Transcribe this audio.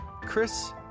Chris